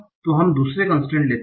तो हम दूसरी कंसट्रैंट लेते हैं